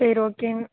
சேரி ஓகே